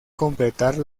completar